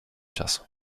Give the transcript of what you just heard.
czasu